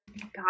god